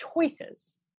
choices